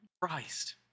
Christ